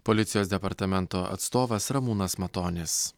policijos departamento atstovas ramūnas matonis